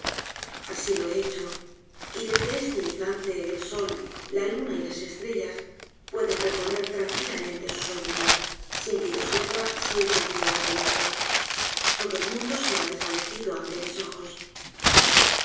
asi lo he hecho y desde este instante'el sol lá luna y las estrellas pueden recorrer tranquilamente sus órbitas sin que yo sepa si es de dia óde noche todo el mundo se ha desvanecido ante mis ojos